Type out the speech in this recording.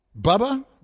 Bubba